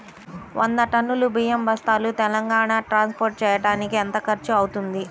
వంద టన్నులు బియ్యం బస్తాలు తెలంగాణ ట్రాస్పోర్ట్ చేయటానికి కి ఎంత ఖర్చు అవుతుంది?